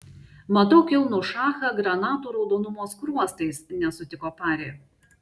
matau kilnų šachą granatų raudonumo skruostais nesutiko pari